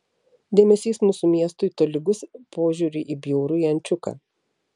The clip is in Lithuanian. dėmesys mūsų miestui tolygus požiūriui į bjaurųjį ančiuką